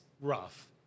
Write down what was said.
rough